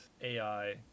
AI